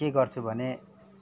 के गर्छु भने